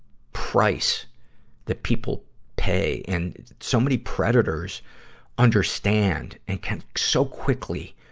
price that people pay. and so many predators understand and can so quickly,